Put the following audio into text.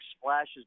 splashes